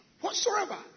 Whatsoever